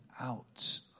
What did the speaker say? out